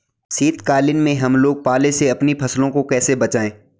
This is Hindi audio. शीतकालीन में हम लोग पाले से अपनी फसलों को कैसे बचाएं?